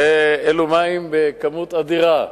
ואלה מים בכמות אדירה.